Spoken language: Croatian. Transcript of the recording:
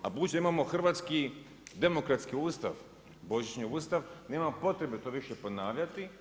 A budući da imamo hrvatski demokratski Ustav, božićni Ustav nemamo potrebe to više ponavljati.